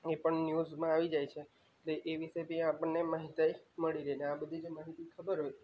એ પણ ન્યૂઝમાં આવી જાય છે તે એ વિશે બી આપણે માહિતી મળી રહે અને આ બધી માહિતી ખબર હોય